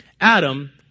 Adam